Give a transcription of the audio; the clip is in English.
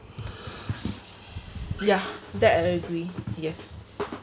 ya that I agree yes